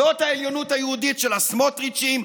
זאת העליונות היהודית של הסמוטריצ'ים,